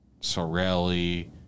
Sorelli